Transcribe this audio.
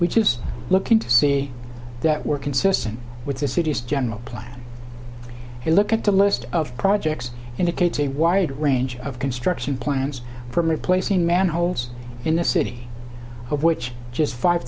which is looking to see that were consistent with the city's general plan a look at the list of projects indicates a wide range of construction plans from replacing manholes in the city which just five